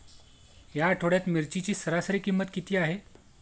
या आठवड्यात मिरचीची सरासरी किंमत किती आहे?